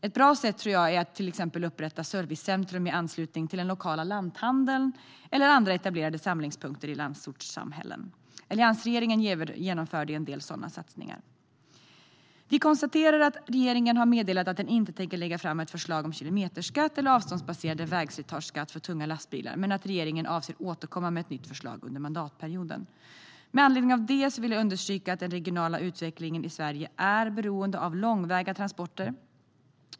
Ett bra sätt tror jag är att till exempel upprätta servicecentrum i anslutning till den lokala lanthandeln eller andra etablerade samlingspunkter i landsortssamhällen. Alliansregeringen genomförde en del sådana satsningar. Vi konstaterar att regeringen har meddelat att den inte tänker lägga fram ett förslag om kilometerskatt eller avståndsbaserad vägslitageskatt för tunga lastbilar men att man avser att återkomma med ett nytt förslag under mandatperioden. Med anledning av det vill jag understryka att den regionala utvecklingen i Sverige är beroende av långväga transporter.